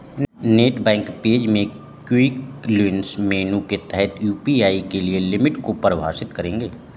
net bank page में quick links menu के तहत यू.पी.आई के लिए लिमिट को परिभाषित करें